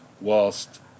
whilst